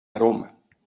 aromas